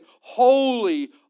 holy